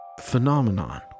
Phenomenon